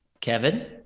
Kevin